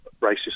racist